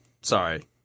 Sorry